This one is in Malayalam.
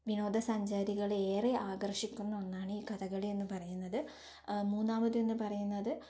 വിനോദസഞ്ചാരികളെ ഏറെ ആകർഷിക്കുന്ന ഒന്നാണ് ഈ കഥകളി എന്ന് പറയുന്നത് മൂന്നാമതെന്ന് പറയുന്നത്